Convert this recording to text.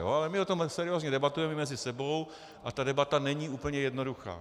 Ale my o tom seriózně debatujeme mezi sebou a ta debata není úplně jednoduchá.